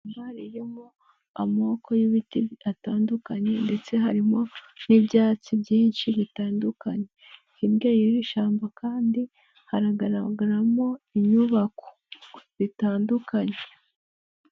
Ishyamba rimo amoko y'ibiti atandukanye, ndetse harimo n'ibyatsi byinshi bitandukanye, hirya ya rino ishyamba kandi hagaragaramo inyubako zitandukanye.